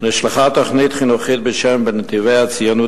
נשלחה תוכנית חינוכית בשם "בנתיבי הציונות